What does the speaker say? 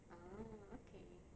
ah okay